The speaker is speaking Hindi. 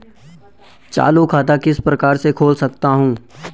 चालू खाता किस प्रकार से खोल सकता हूँ?